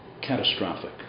catastrophic